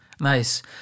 Nice